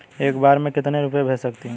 एक बार में मैं कितने रुपये भेज सकती हूँ?